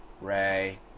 ray